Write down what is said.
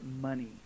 money